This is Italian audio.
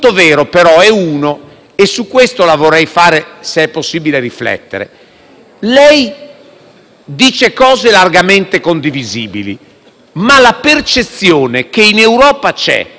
dice cose largamente condivisibili, ma la percezione che c'è in Europa e in generale dell'approccio europeo del nostro Governo è totalmente diversa.